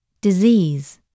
Disease